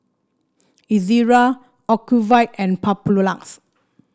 Ezerra Ocuvite and Papulex